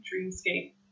dreamscape